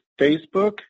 Facebook